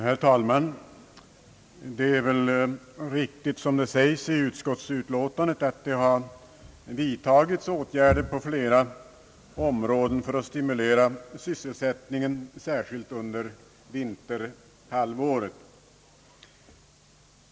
Herr talman! Det är väl riktigt som det säges i utskottets utlåtande att det vidtagits åtgärder på flera områden för att stimulera sysselsättningen, särskilt under vinterhalvåret.